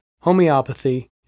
homeopathy